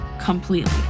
completely